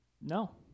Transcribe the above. No